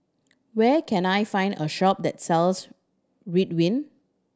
where can I find a shop that sells Ridwind